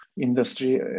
industry